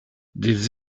des